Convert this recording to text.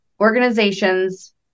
organizations